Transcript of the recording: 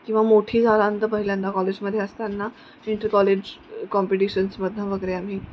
किंवा मोठी झाल्यानंतर पहिल्यांदा कॉलेजमध्ये असताना इंटर कॉलेज कॉम्पिटिशन्समधून वगैरे आम्ही